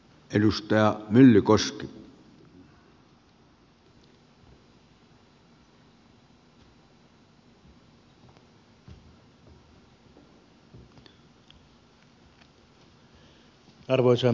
arvoisa herra puhemies